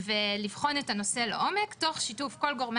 ולבחון את הנושא לעומק, תוך שיתוף כל גורמי